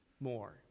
More